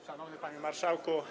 Szanowny Panie Marszałku!